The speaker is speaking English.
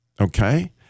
Okay